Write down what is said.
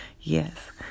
Yes